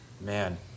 Man